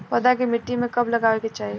पौधा के मिट्टी में कब लगावे के चाहि?